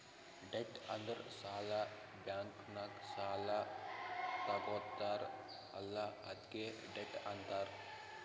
debt ಅಂದುರ್ ಸಾಲ, bank ನಾಗ್ ಸಾಲಾ ತಗೊತ್ತಾರ್ ಅಲ್ಲಾ ಅದ್ಕೆ ಡೆಟ್ ಅಂತಾರ್